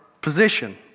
position